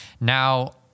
Now